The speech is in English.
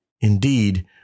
Indeed